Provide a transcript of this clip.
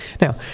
Now